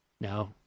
No